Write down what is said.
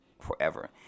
forever